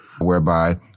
whereby